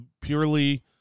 purely